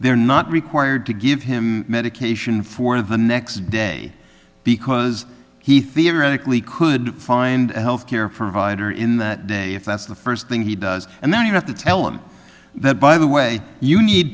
they're not required to give him medication for the next day because he theoretically could find a health care provider in the day if that's the first thing he does and then you have to tell him that by the way you need